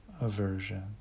aversion